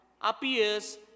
appears